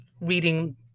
reading